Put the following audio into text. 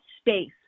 space